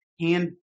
hand